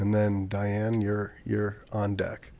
and then diane you're you're on deck